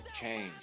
change